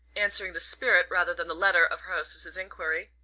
answering the spirit rather than the letter of her hostess's enquiry.